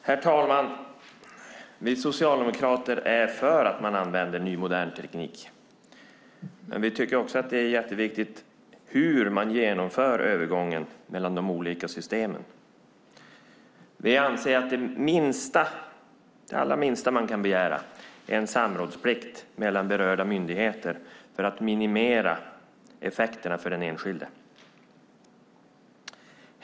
Herr talman! Vi socialdemokrater är för att man använder ny, modern teknik, men vi tycker också att det är jätteviktigt hur man genomför övergången mellan de olika systemen. Vi anser att det allra minsta man kan begära är en samrådsplikt mellan berörda myndigheter för att minimera effekterna för den enskilde.